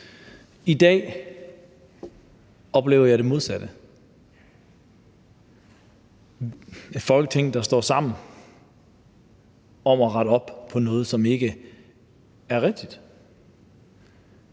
I dag oplever jeg det modsatte – et Folketing, der står sammen om at rette op på noget, som ikke er rigtigt.